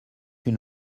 une